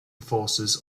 forces